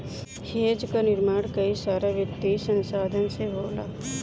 hedge कअ निर्माण कई सारा वित्तीय संसाधन से होला